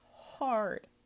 hard